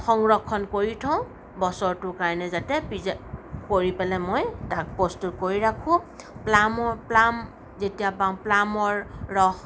সংৰক্ষণ কৰি থওঁ বছৰটোৰ কাৰণে যাতে প্ৰিজাৰ্ব কৰি পেলাই মই তাক প্ৰস্তুত কৰি ৰাখোঁ প্লামৰ প্লাম যেতিয়া পাওঁ প্লামৰ ৰস